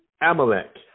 Amalek